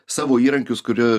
savo įrankius kurie